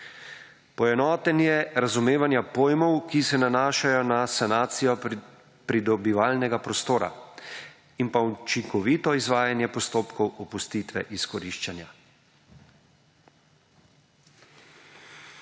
Poenotenje razumevanja pojmov, ki se nanašajo na sanacijo pridobivalnega prostora in pa učinkovito izvajanje postopkov opustitve izkoriščanja.